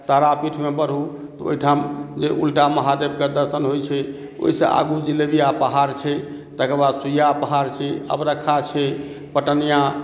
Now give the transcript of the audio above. तारापीठ मे बढू तऽ ओहिठाम उलटा महादेव के दर्शन होइ छै ओहिसँ आगू जिलेबिया पहाड़ छै तकर बाद सूइया पहाड़ छै अबरखखा छै पटनिया